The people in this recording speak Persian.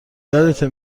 یادته